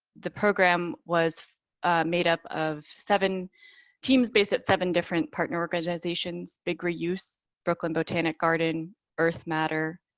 the program was made up of seven teams based at seven different partner organizations big reuse brooklyn botanic garden earth matter.